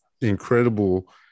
incredible